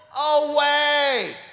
away